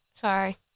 Sorry